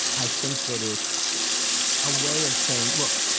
i think that it's a way of saying, look,